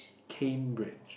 Cambridge